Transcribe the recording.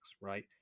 right